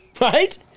right